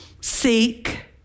seek